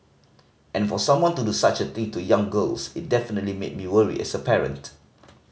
and for someone to do such a thing to young girls it definitely made me worry as a parent